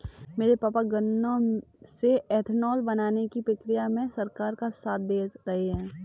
मेरे पापा गन्नों से एथानाओल बनाने की प्रक्रिया में सरकार का साथ दे रहे हैं